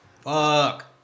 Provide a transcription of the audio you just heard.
Fuck